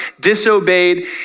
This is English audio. disobeyed